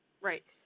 Right